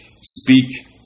speak